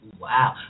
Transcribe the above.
Wow